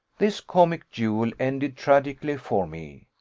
this comic duel ended tragically for me.